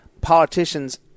politicians